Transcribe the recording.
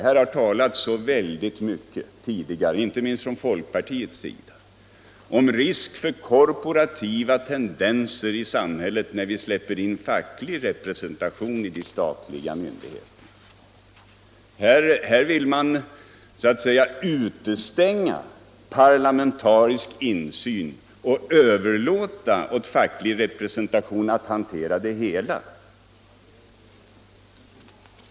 Det har tidigare talats så väldigt mycket, inte minst från folkpartiets sida, om risk för korporativa tendenser i samhället när vi släpper in facklig representation t statliga myndigheter. Här vill man utestänga parlamentarisk insyn och överlåta åt facklig representation att hantera det hela.